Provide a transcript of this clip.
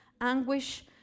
anguish